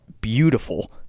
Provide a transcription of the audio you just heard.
beautiful